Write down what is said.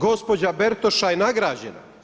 Gospođa Bertoša je nagrađena.